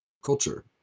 culture